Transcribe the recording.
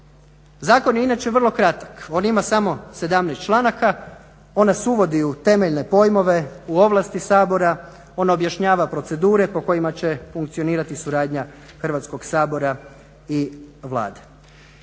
Zakon je inače vrlo kratak. On ima samo 17 članaka, on nas uvodi u temeljne pojmove, u ovlasti Sabora, on objašnjava procedure po kojima će funkcionirati suradnja Hrvatskog sabora i Vlade.